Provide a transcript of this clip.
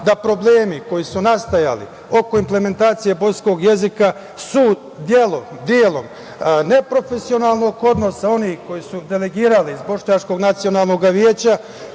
da problemi koji su nastajali oko implementacije bosanskog jezika su delom neprofesionalnog odnosa onih koji su delegirali iz Bošnjačkog nacionalnog veća,